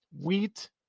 wheat